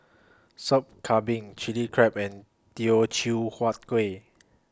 Sop Kambing Chilli Crab and Teochew Huat Kueh